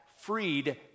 freed